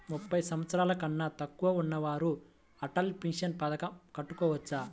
ముప్పై సంవత్సరాలకన్నా తక్కువ ఉన్నవారు అటల్ పెన్షన్ పథకం కట్టుకోవచ్చా?